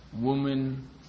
woman